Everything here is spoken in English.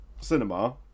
cinema